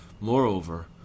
Moreover